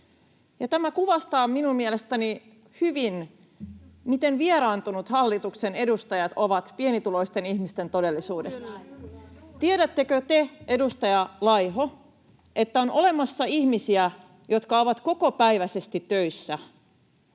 Tämä kuvastaa minun mielestäni hyvin, miten vieraantuneita hallituksen edustajat ovat pienituloisten ihmisten todellisuudesta. Tiedättekö te, edustaja Laiho, että on olemassa ihmisiä, jotka ovat kokopäiväisesti töissä